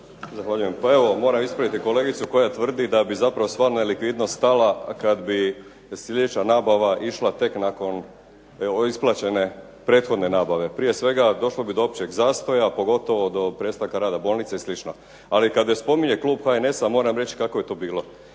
Zahvaljujem. Pa evo moram ispraviti kolegicu koja tvrdi da bi zapravo sva nelikvidnost stala kad bi slijedeća nabava išla tek nakon evo isplaćene prethodne nabave. Prije svega, došlo bi do općeg zastoja a pogotovo do prestanka rada bolnice i slično. Ali kada spominje klub HNS-a moram reći kako je to bilo.